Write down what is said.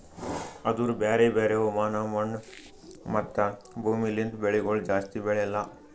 ಆದೂರು ಬ್ಯಾರೆ ಬ್ಯಾರೆ ಹವಾಮಾನ, ಮಣ್ಣು, ಮತ್ತ ಭೂಮಿ ಲಿಂತ್ ಬೆಳಿಗೊಳ್ ಜಾಸ್ತಿ ಬೆಳೆಲ್ಲಾ